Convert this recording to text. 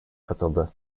katıldı